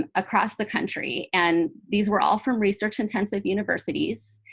ah across the country. and these were all from research-intensive universities.